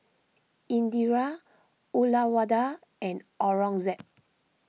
Indira Uyyalawada and Aurangzeb